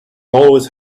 always